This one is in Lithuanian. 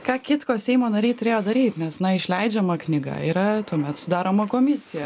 ką kitko seimo nariai turėjo daryt nes na išleidžiama knyga yra tuomet sudaroma komisija